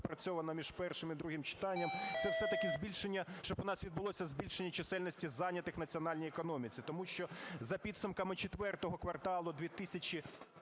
доопрацьовано між першим і другим читанням, це все-таки збільшення, щоб у нас відбулося збільшення чисельності зайнятих в національній економіці. Тому що за підсумками IV кварталу 2021